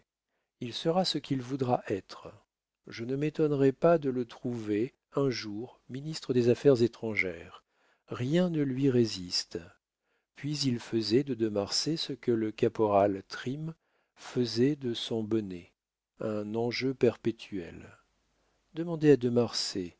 il sera ce qu'il voudra être je ne m'étonnerais pas de le trouver un jour ministre des affaires étrangères rien ne lui résiste puis il faisait de de marsay ce que le caporal trim faisait de son bonnet un enjeu perpétuel demandez à de